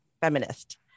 feminist